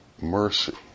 mercy